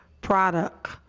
product